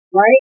right